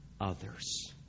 others